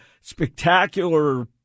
spectacular